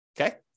Okay